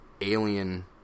alien